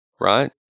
right